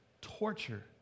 torture